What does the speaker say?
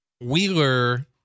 Wheeler –